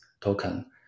token